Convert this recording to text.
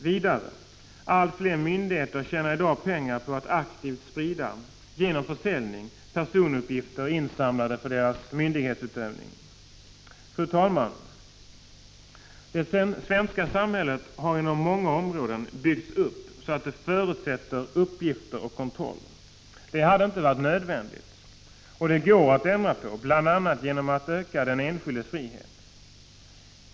Vidare: Allt fler myndigheter tjänar i dag pengar på att aktivt, genom försäljning, sprida personuppgifter insamlade för deras myndighetsutövning. Fru talman! Det svenska samhället har inom många områden byggts upp så att det förutsätter uppgiftsinsamling och kontroll. Det hade inte varit nödvändigt. Det går att ändra på, bl.a. genom att öka den enskildes frihet.